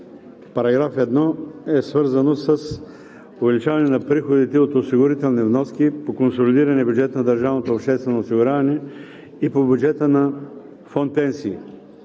по § 1, е свързано с увеличаване на приходите от осигурителни вноски по консолидирания бюджет на държавното обществено осигуряване и по бюджета на фонд „Пенсии“.